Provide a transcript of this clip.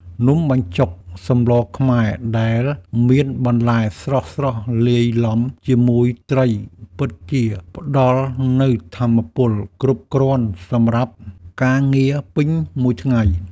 នំបញ្ចុកសម្លខ្មែរដែលមានបន្លែស្រស់ៗលាយឡំជាមួយត្រីពិតជាផ្ដល់នូវថាមពលគ្រប់គ្រាន់សម្រាប់ការងារពេញមួយថ្ងៃ។